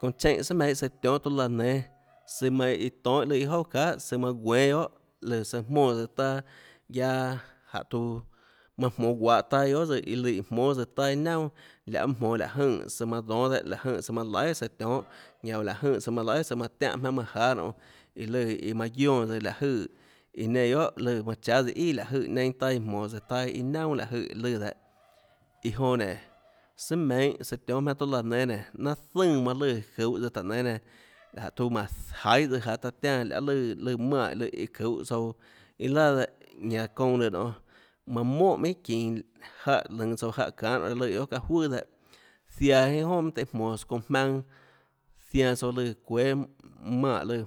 Çounã cheínhã sùà meinhâ søã tionhâ tuã laã nénâ søã lùã manã iã tonhâ iâ lùã iâ jouà çahà søã manã guénâ guiohà lùã søã jmónã tsøã taâ guiaâ jánhå tuã manã jmonå guahã taâ guiohà tsøã iã lùã iã jmónâ tsøã taâ iâ naunà lahê mønâ jmonå láhå jønè søã manã dónâ dehâ láhå jønè søã manã laihà søã tionhâ ñanã oå láå jønè søã manã laihà søã manã tiánhã jmaønâ manã jáâ nonê iã lùã iã manã guiónã tsøã láhå jøè iã nenã guiohà lùã manã cháâ tsøã ià láhå jøè neinâ taâ iã jmonå tsøã taâ iã naunà láhå jøè lùã dehâ iã jonã nénå sùà meinhâ søã tionhâ jmaønâ tuâ laã nénâ nénå nanâ zùnã manã lùã çuhå táhå nénâ nenã jánhå tiuã mánhå jaiê tsøã jaå taã tiánã løhê lùã manè lùã iã çuhå tsouã iâ laà dehâ ñanã çounã lùã nonê manã mónhà minhà çinå jáhã ðønå tsouâ jáhã çanhâ nonê láhã lùã guiohà çaâ juøà dehâ ziaã iâ jonà mønâ tøhê jmonås çounã jmaønâ zianã tsouã lùã çuéâ manè lùã